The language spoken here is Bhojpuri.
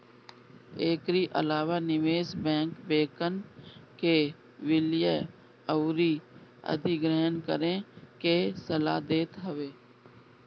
एकरी अलावा निवेश बैंक, बैंकन के विलय अउरी अधिग्रहण करे के सलाह देत हवे